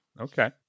Okay